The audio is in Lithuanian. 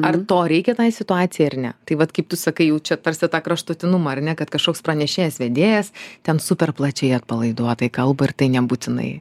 ar to reikia tai situacijai ar ne tai vat kaip tu sakai jau čia tarsi tą kraštutinumą ar ne kad kažkoks pranešėjas vedėjas ten superplačiai atpalaiduotai kalba ir tai nebūtinai